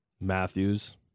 Matthews